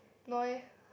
no eh